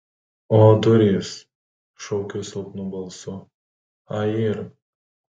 o durys šaukiu silpnu balsu a yr